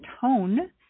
tone